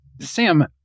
Sam